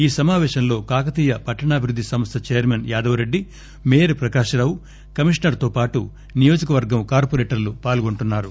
ఈ సమాపేశంలో కాకతీయ పట్టాభివృద్ది సంస్ద chairman Yadava Reddy mayor Prakasharao commissioner తో పాటు నియోజకవర్గ కార్పోరేటర్లు పాల్గొన్నారు